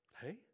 Hey